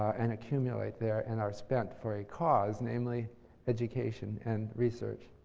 and accumulate there and are spent for a cause, namely education and research.